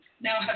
now